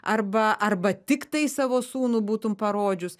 arba arba tiktai savo sūnų būtum parodžius